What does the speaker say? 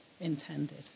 intended